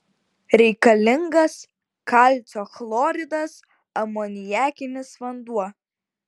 reikalingas kalcio chloridas amoniakinis vanduo